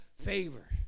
favor